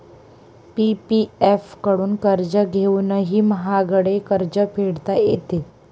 PPF कडून कर्ज घेऊनही महागडे कर्ज फेडता येते